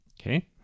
Okay